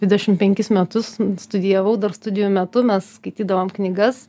dvidešim penkis metus studijavau dar studijų metu mes skaitydavom knygas